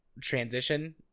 transition